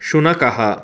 शुनकः